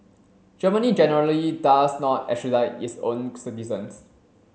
Germany generally does not extradite its own citizens